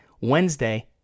Wednesday